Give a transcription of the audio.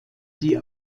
die